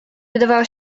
wydawała